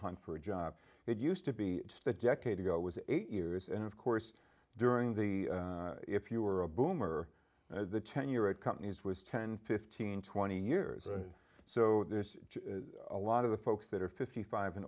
hunt for a job it used to be a decade ago was eight years and of course during the if you were a boomer the tenure of companies was ten fifteen twenty years and so there's a lot of the folks that are fifty five and